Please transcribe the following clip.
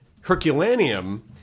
Herculaneum